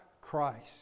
Christ